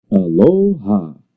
aloha